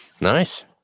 Nice